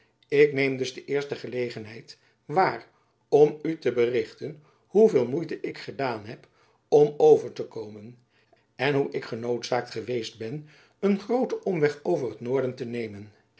ik neem dus de eerste gelegenheid waar om u te berichten hoe veel moeite ik gehad heb om over te komen en hoe ik genoodzaakt geweest ben een grooten omweg over t noorden te nemen